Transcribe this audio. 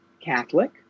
Catholic